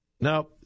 Now